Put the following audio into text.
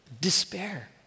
despair